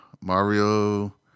Mario